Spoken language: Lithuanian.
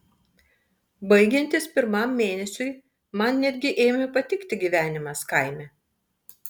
baigiantis pirmam mėnesiui man netgi ėmė patikti gyvenimas kaime